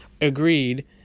agreed